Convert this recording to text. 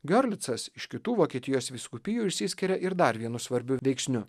giorlicas iš kitų vokietijos vyskupijų išsiskiria ir dar vienu svarbiu veiksniu